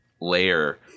layer